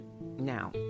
Now